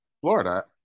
Florida